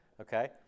okay